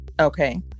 Okay